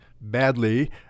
badly